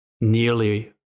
nearly